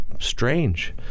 Strange